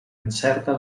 incerta